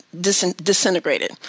disintegrated